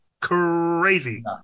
crazy